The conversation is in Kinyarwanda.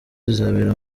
zizabera